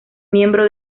miembro